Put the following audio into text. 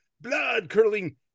blood-curling